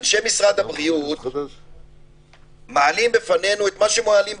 אנשי משרד הבריאות מציגים בפנינו את מה שמעלים ברשת.